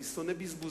אני שונא בזבוזים.